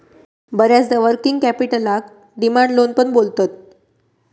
बऱ्याचदा वर्किंग कॅपिटलका demand loan पण बोलतत